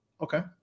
Okay